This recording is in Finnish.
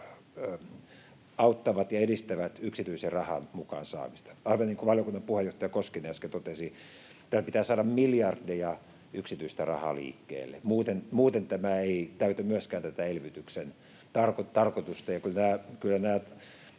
auttavat ja edistävät yksityisen rahan mukaan saamista. Aivan niin kuin valiokunnan puheenjohtaja Koskinen äsken totesi, tähän pitää saada miljardeja yksityistä rahaa liikkeelle. Muuten tämä ei täytä myöskään tätä elvytyksen tarkoitusta,